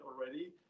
already